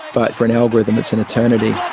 but for an algorithm, it's an eternity.